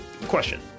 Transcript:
Question